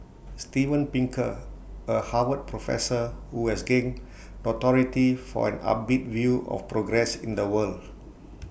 Steven Pinker A Harvard professor who has gained notoriety for an upbeat view of progress in the world